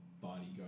bodyguard